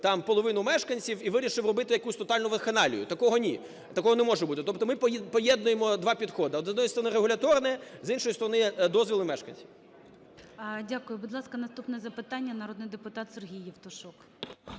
там половину мешканців і вирішив робити якусь тотальну вакханалію, такого ні, такого не може бути. Тобто ми поєднуємо 2 підходи: з однієї сторони – регуляторний, з іншої сторони – дозволи мешканців. ГОЛОВУЮЧИЙ. Дякую. Будь ласка, наступне запитання, народний депутат Сергій Євтушок.